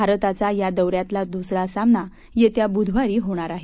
भारताचा या दौ यातला दुसरा सामना येत्या बुधवारी होणार आहे